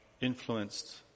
influenced